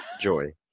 Joy